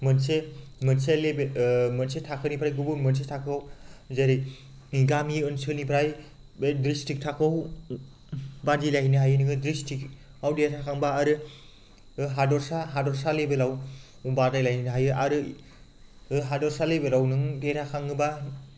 मोनसे लेभेल मोनसे थाखोनिफ्राय गुबुन मोनसे थाखोआव जेरै गामि ओनसोलनिफ्राय बे दिस्ट्रिख थाखोआव बादायलायहैनो हायो नोङो दिस्ट्रिखआव देरहाखांबा आरो हदोरसा लेभेलाव बादायलायहैनो हायो आरो हादोरसा लेभेलाव नों देरहाखांङोबा